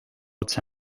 otse